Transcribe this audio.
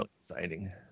exciting